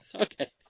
Okay